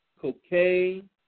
cocaine